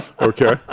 Okay